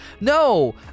No